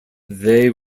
they